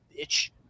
bitch